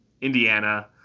Indiana